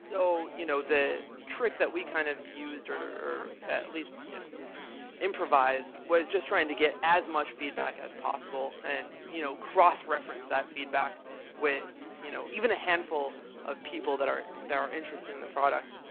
so you know the trick that we kind of used or, at least improvised, was just trying to get as much feedback as possible and you know cross-reference that feedback with you know even a handful of people that are that are interested in the product.